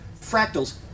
fractals